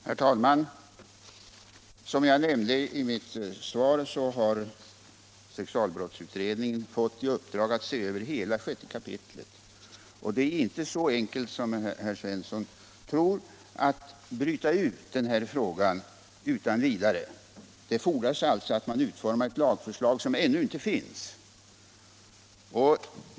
Herr talman! Som framgick av mitt svar har sexualbrottsutredningen fått i uppdrag att se över hela 6 kap. brottsbalken om sedlighetsbrott. Och det är inte så enkelt som herr Svensson i Malmö tror att bryta ut denna fråga utan vidare. Det fordras att man utformar ett lagförslag som ännu inte finns.